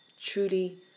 truly